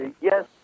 yes